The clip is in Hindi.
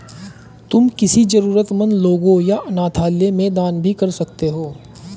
तुम किसी जरूरतमन्द लोगों या अनाथालय में दान भी कर सकते हो